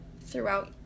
throughout